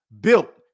built